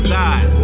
die